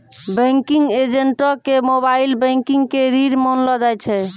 banking एजेंटो के mobile banking के रीढ़ मानलो जाय छै